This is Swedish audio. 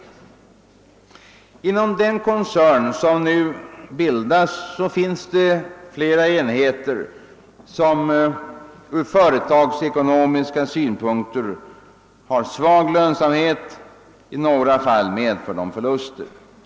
Inom den koncern som nu bildas finns det flera enheter som från företagsekonomiska synpunkter har svag lönsamhet, och i några fall går de med förlust.